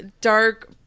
Dark